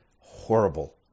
horrible